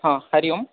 हरिः हरिः ओं